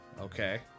Okay